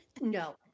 No